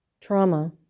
trauma